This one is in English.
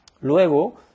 Luego